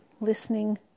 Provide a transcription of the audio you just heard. listening